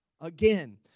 Again